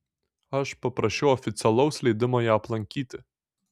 aš paprašiau oficialaus leidimo ją aplankyti